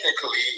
Technically